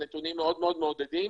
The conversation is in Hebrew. הנתונים מאוד מעודדים.